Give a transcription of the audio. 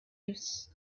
lives